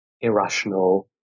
irrational